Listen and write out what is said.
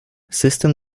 system